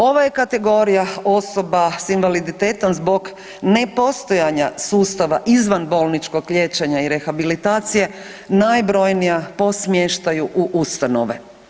Ova je kategorija osoba s invaliditetom zbog nepostojanja sustava izvanbolničkog liječenja i rehabilitacije najbrojnija po smještaju u ustanove.